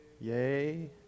Yay